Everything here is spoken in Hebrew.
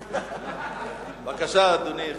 בבקשה, אדוני.